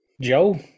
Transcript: joe